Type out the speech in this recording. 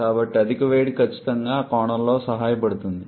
కాబట్టి అధిక వేడి ఖచ్చితంగా ఆ కోణంలో సహాయపడుతుంది